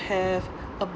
have a